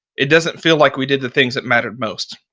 it doesn't feel like we did the things that mattered most.